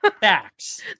Facts